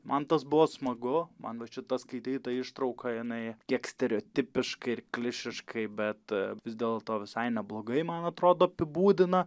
man tas buvo smagu man va šita skaityta ištrauka jinai kiek stereotipiškai ir klišiškai bet vis dėlto visai neblogai man atrodo apibūdina